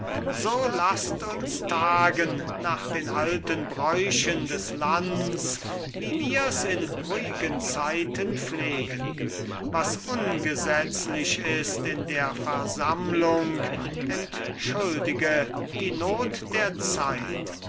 so lasst uns tagen nach den alten bräuchen des lands wie wir's in ruhigen zeiten pflegen was ungesetzlich ist in der versammlung entschuldige die not der zeit